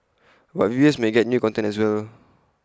but viewers may get new content as well